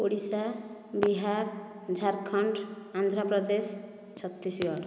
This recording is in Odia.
ଓଡ଼ିଶା ବିହାର ଝାଡ଼ଖଣ୍ଡ ଆନ୍ଧ୍ରପ୍ରଦେଶ ଛତିଶଗଡ଼